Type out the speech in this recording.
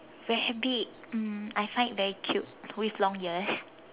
rabbit um I find it very cute with long ears